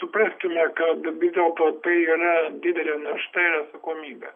supraskime kad vis dėlto tai yra didelė našta ir atsakomybė